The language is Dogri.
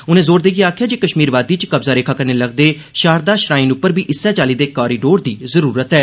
उने जोर देइयै आक्खेआ जे कश्मीर वादी च कब्जा रेखा कन्नै लगदे शरदा श्राइन उप्पर बी इस्सै चाल्ली दे कोरिडोर दी लोड़ ऐ